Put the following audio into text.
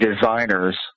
designers